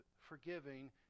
forgiving